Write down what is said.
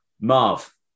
Marv